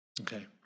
Okay